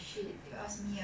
I guess